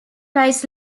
rights